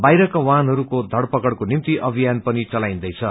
बाहिरका वाहनहरूको धरपकड़को निम्ति अभ्झियान पनि चलाईनदैछ